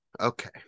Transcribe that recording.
Okay